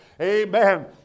Amen